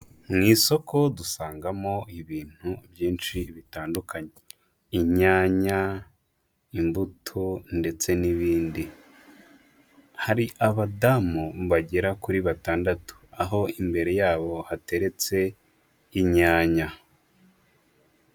Mu isoko dusangamo ibintu byinshi bitandukanye, inyanya, imbuto ndetse n'ibindi, hari abadamu bagera kuri batandatu, aho imbere yabo hateretse inyanya.